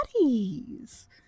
bodies